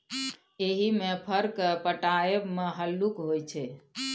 एहिमे फर केँ पटाएब मे हल्लुक होइ छै